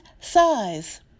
size